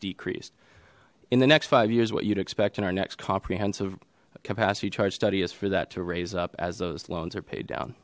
decreased in the next five years what you'd expect in our next comprehensive capacity charge study is for that to raise up as those loans are paid down